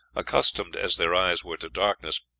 accustomed as their eyes were to darkness,